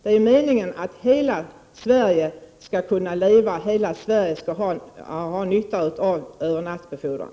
Det är meningen att hela Sverige skall kunna leva, hela Sverige skall ha nytta av övernattbefordran.